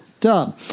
done